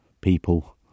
people